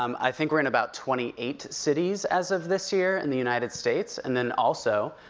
um i think we're in about twenty eight cities as of this year in the united states, and then also,